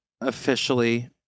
officially